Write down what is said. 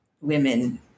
women